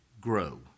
grow